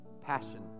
passion